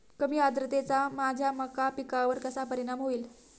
कमी आर्द्रतेचा माझ्या मका पिकावर कसा परिणाम होईल?